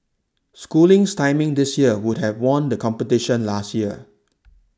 schooling's timing this year would have won the competition last year